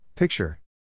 Picture